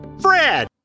Fred